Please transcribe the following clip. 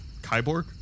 Kyborg